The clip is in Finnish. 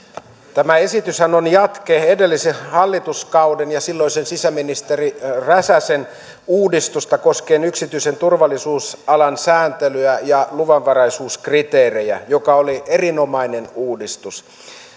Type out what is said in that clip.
tämä esityshän on jatke edellisen hallituskauden ja silloisen sisäministeri räsäsen uudistukselle koskien yksityisen turvallisuusalan sääntelyä ja luvanvaraisuuskriteerejä joka oli erinomainen uudistus